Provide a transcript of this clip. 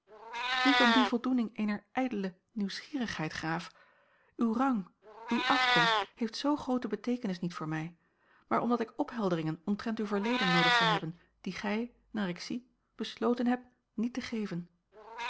niet om die voldoening eener ijdele nieuwsgierigheid graaf uw rang uwe afkomst heeft zoo groote beteekenis niet voor mij maar omdat ik ophelderingen omtrent uw verleden noodig zou hebben die gij naar ik zie besloten hebt niet te geven